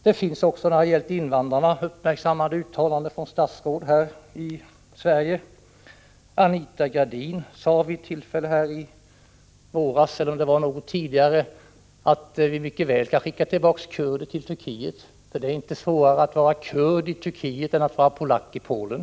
När det gäller invandrarna finns det också uppmärksammade uttalanden från statsråd i Sverige. Anita Gradin sade vid ett tillfälle i våras, eller kanske det var något tidigare, att vi mycket väl kan skicka tillbaka kurder till Turkiet, för det är inte svårare att vara kurd i Turkiet än att vara i polack i Polen.